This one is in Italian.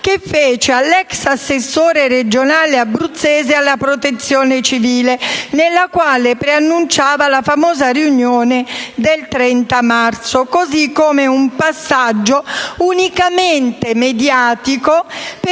che fece all'*ex* assessore regionale abruzzese alla protezione civile, nella quale preannunciava la famosa riunione del 30 marzo come un passaggio unicamente mediatico